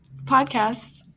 podcasts